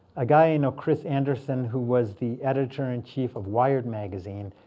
a guy i know, chris anderson, who was the editor in chief of wired magazine,